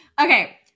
Okay